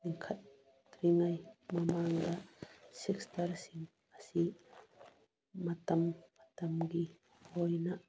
ꯂꯤꯡꯈꯠꯇ꯭ꯔꯤꯉꯩ ꯃꯃꯥꯡꯗ ꯁꯤꯛꯁ ꯄꯥꯔꯁꯦꯟ ꯑꯁꯤ ꯃꯇꯝ ꯃꯇꯝꯒꯤ ꯑꯣꯏꯅ